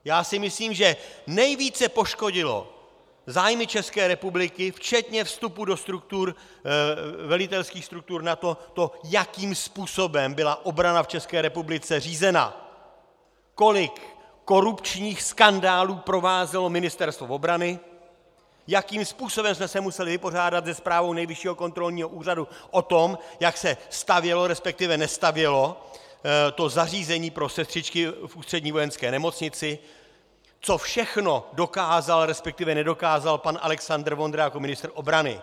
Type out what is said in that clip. Já si myslím, že nejvíce poškodilo zájmy České republiky, včetně vstupu do velitelských struktur NATO, to, jakým způsobem byla obrana v České republice řízena, kolik korupčních skandálů provázelo Ministerstvo obrany, jakým způsobem jsme se museli vypořádat se zprávou Nejvyššího kontrolní úřadu o tom, jak se stavělo, resp. nestavělo, zařízení pro sestřičky v Ústřední vojenské nemocnici, co všechno dokázal, resp. nedokázal, pan Alexandr Vondra jako ministr obrany.